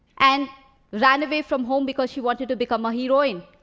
and ran away from home because she wanted to become a heroine,